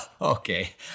okay